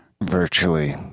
Virtually